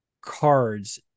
cards